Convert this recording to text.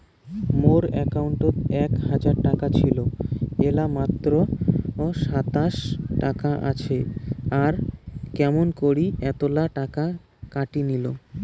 মোর একাউন্টত এক হাজার টাকা ছিল এলা মাত্র সাতশত টাকা আসে আর কেমন করি এতলা টাকা কাটি নিল?